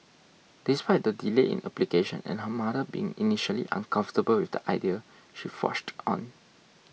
despite the delay in application and her mother being initially uncomfortable with the idea she forged on